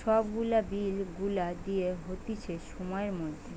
সব গুলা বিল গুলা দিতে হতিছে সময়ের মধ্যে